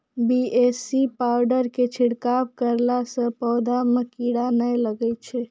BAC powder के छिड़काव करला से पौधा मे कीड़ा नैय लागै छै?